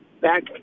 back